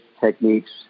techniques